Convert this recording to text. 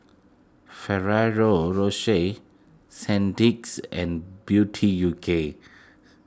Ferrero Rocher Sandisk and Beauty U K